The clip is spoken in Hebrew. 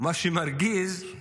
מרגיז הוא